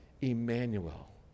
Emmanuel